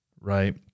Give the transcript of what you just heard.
right